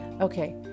Okay